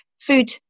food